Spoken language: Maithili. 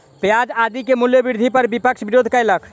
प्याज आदि के मूल्य वृद्धि पर विपक्ष विरोध कयलक